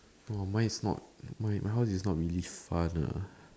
oh mine is not my house is not really fun uh